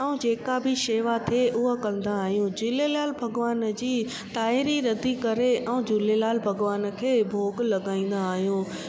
ऐं जेका बि शेवा थिए उहो कंदा आहियूं झूलेलाल भॻिवान जी ताहेरी रधी ऐं झूलेलाल भगवान खे भोग लॻाईंदा आहियूं